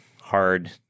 hard